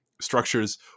structures